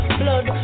blood